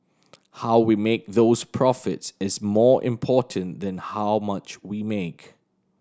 how we make those profits is more important than how much we make